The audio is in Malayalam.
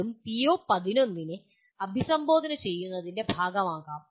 അതും പിഒ11 നെ അഭിസംബോധന ചെയ്യുന്നതിന്റെ ഭാഗമാകാം